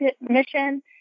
mission